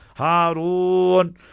Harun